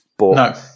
No